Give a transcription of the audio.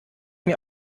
mir